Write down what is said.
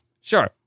sure